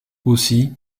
aussi